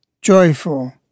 joyful